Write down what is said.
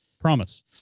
promise